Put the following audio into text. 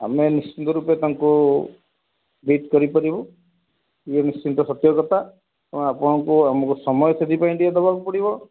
ଆମେ ନିଶ୍ଚିନ୍ତ ରୂପେ ତାଙ୍କୁ ବିଟ୍ କରିପାରିବୁ ଏ ନିଶ୍ଚିନ୍ତ ସତ୍ୟ କଥା ଏବଂ ଆପଣଙ୍କୁ ଆମକୁ ସମୟ ସେଥିପାଇଁ ଟିକିଏ ଦେବାକୁ ପଡ଼ିବ